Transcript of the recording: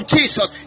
Jesus